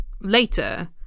later